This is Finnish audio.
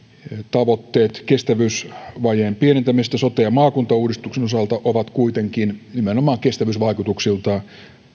tavoitteet kestävyysvajeen pienentämisestä sote ja maakuntauudistuksen osalta ovat kuitenkin nimenomaan kestävyysvaikutuksiltaan